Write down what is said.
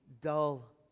dull